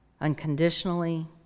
unconditionally